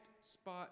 spot